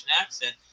accent